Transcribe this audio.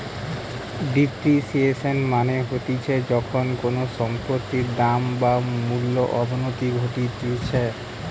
depreciation মানে হতিছে যখন কোনো সম্পত্তির দাম বা মূল্যর অবনতি ঘটতিছে